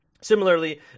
Similarly